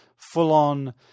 full-on